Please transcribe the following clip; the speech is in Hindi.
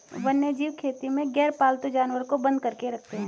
वन्यजीव खेती में गैरपालतू जानवर को बंद करके रखते हैं